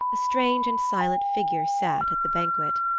a strange and silent figure sat at the banquet.